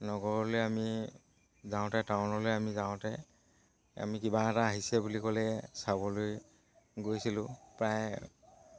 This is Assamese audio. নগৰলৈ আমি যাওঁতে টাউনলৈ আমি যাওঁতে আমি কিবা এটা আহিছে বুলি ক'লে চাবলৈ গৈছিলোঁ প্ৰায়